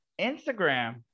Instagram